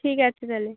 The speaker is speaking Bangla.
ঠিক আছে তাহলে